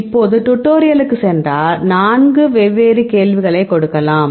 இப்போது டுடோரியலுக்குச் சென்றால் நான்கு வெவ்வேறு கேள்விகளைக் கொடுக்கலாம்